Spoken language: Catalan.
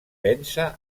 vèncer